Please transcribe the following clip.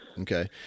Okay